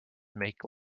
make